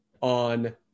on